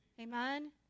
Amen